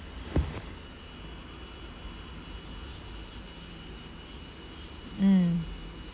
mm